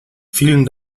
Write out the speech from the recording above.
vielen